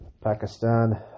Pakistan